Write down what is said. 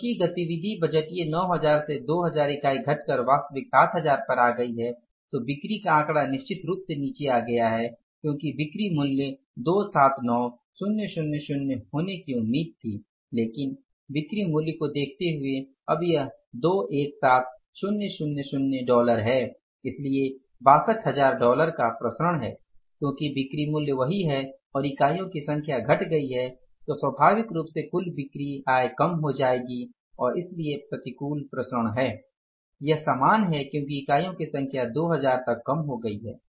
क्योंकि गतिविधि बजटिय 9000 से 2000 इकाई घटकर वास्तविक 7000 पर आ गई है तो बिक्री का आंकड़ा निश्चित रूप से नीचे आ गया है क्योंकि बिक्री मूल्य 279000 होने की उम्मीद थी लेकिन बिक्री मूल्य को देखते हुए अब यह 217000 डॉलर है इसलिए 62000 डॉलर का विचरण है क्योंकि बिक्री मूल्य वही है और इकाइयों की संख्या घट गयी है तो स्वाभाविक रूप से कुल बिक्री आय कम हो जाएगी और इसलिए प्रतिकूल विचरण है यह समान है क्योंकि इकाइयों की संख्या 2000 तक कम हो गई है